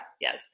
Yes